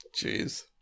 Jeez